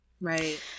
Right